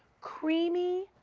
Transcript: creamy,